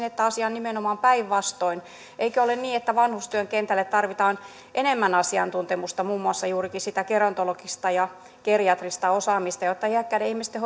että asia on nimenomaan päinvastoin eikö ole niin että vanhustyön kentälle tarvitaan enemmän asiantuntemusta muun muassa juurikin sitä gerontologista ja geriatrista osaamista jotta iäkkäiden ihmisten